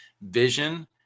vision